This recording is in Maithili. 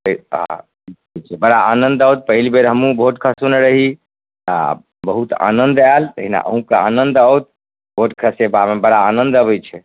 बड़ा आनन्द आओत पहिल बेर हमहुँ भोट खसोने रही आ बहुत आनन्द आयल तहिना अहुँके आनन्द आओत भोट खसेबामे बड़ा आनन्द अबै छै